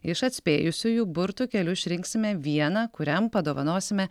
iš atspėjusiųjų burtų keliu išrinksime vieną kuriam padovanosime